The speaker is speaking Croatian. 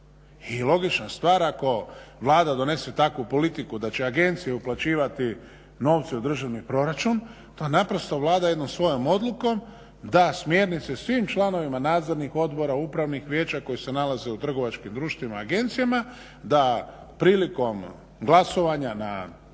I logična stvar, ako Vlada donese takvu politiku da će agencije uplaćivati novce u državni proračun to naprosto Vlada jednom svojom odlukom da smjernice svim članovima nadzornih odbora, upravnih vijeća koji se nalaze u trgovačkim društvima, agencijama, da prilikom glasovanja na nadzornim